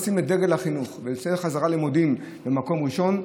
במקום לשים את דגל החינוך ולשים את החזרה ללימודים במקום ראשון,